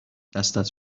دستت